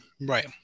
Right